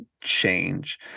change